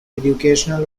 educational